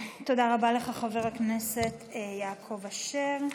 תודה רבה לך, חבר הכנסת יעקב אשר.